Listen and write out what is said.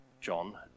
John